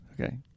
Okay